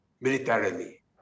militarily